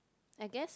I guess